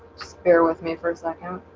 bear with me for a second